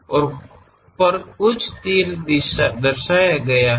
और पर कुछ तीर दर्शाया गया है